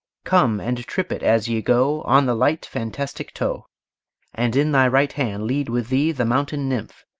come, and trip it as ye go on the light fantastic toe and in thy right hand lead with thee the mountain nymph,